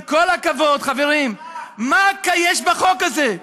עם כל הכבוד, חברים, מה יש בחוק הזה?